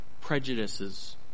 prejudices